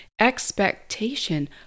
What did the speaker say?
expectation